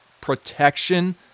protection